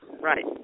Right